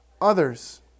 others